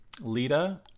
Lita